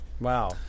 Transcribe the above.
Wow